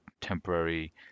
temporary